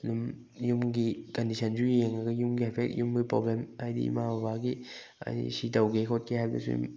ꯑꯗꯨꯝ ꯌꯨꯝꯒꯤ ꯀꯟꯗꯤꯁꯟꯁꯨ ꯌꯦꯡꯉꯒ ꯌꯨꯝꯒꯤ ꯍꯥꯏꯐꯦꯠ ꯌꯨꯝꯒꯤ ꯄ꯭ꯔꯣꯕ꯭ꯂꯦꯝ ꯍꯥꯏꯗꯤ ꯏꯃꯥ ꯕꯕꯥꯒꯤ ꯑꯩ ꯁꯤ ꯇꯧꯒꯦ ꯈꯣꯠꯀꯦ ꯍꯥꯏꯕꯗꯨꯁꯨ